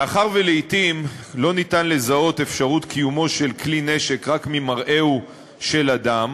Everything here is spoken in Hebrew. מאחר שלעתים לא ניתן לזהות אפשרות קיומו של כלי נשק רק ממראהו של אדם,